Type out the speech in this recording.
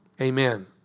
Amen